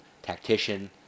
tactician